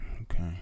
Okay